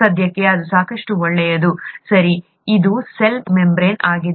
ಸದ್ಯಕ್ಕೆ ಅದು ಸಾಕಷ್ಟು ಒಳ್ಳೆಯದು ಸರಿ ಅದು ಸೆಲ್ ಮೆಂಬರೇನ್ ಆಗಿದೆ